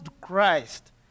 christ